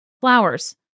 flowers